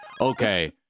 Okay